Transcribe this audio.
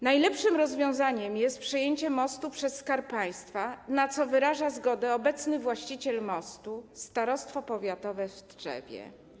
Najlepszym rozwiązaniem jest przejęcie mostu przez Skarb Państwa, na co wyraża zgodę obecny właściciel mostu, Starostwo Powiatowe w Tczewie.